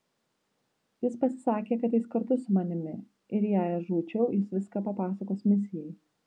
jis pasisakė kad eis kartu su manimi ir jei aš žūčiau jis viską papasakos misijai